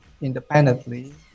independently